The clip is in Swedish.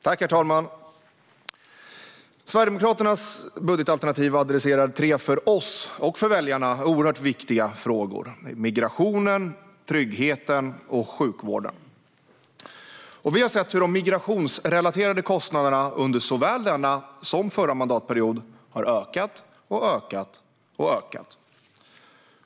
Herr talman! Sverigedemokraternas budgetalternativ adresserar tre för oss och för väljarna oerhört viktiga frågor: migrationen, tryggheten och sjukvården. Vi har sett hur de migrationsrelaterade kostnaderna under såväl denna som den förra mandatperioden har ökat och ökat och ökat.